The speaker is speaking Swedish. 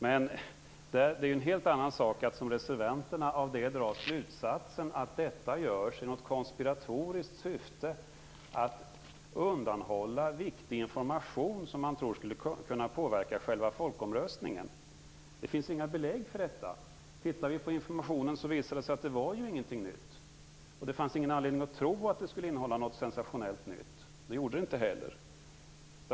Men det är en helt annan sak att som reservanterna av det dra slutsatsen att detta görs i konspiratoriskt syfte för att undanhålla viktig information som man tror skulle kunna påverka själva folkomröstningen. Det finns inga belägg för det. Det var inget nytt i informationen, och det fanns ingen anledning att tro att den skulle innehålla någonting sensationellt nytt. Det gjorde det inte heller.